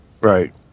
Right